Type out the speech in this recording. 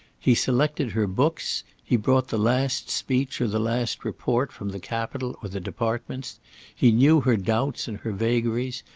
he selected her books he brought the last speech or the last report from the capitol or the departments he knew her doubts and her vagaries,